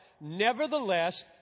nevertheless